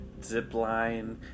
zipline